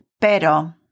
pero